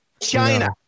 China